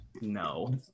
no